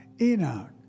Enoch